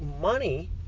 money